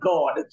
God